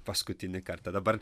paskutinį kartą dabar